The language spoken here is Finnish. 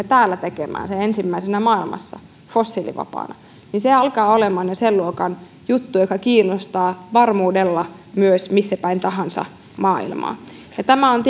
täällä tekemään sen ensimmäisenä maailmassa fossiilivapaana niin se alkaa olemaan jo sen luokan juttu että se kiinnostaa varmuudella myös missä päin maailmaa tahansa tämä on